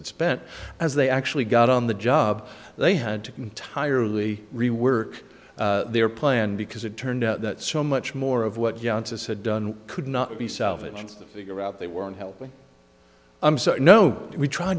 spent as they actually got on the job they had to entirely rework their plan because it turned out that so much more of what you said done could not be salvaged figure out they weren't helping no we tr